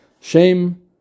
Shame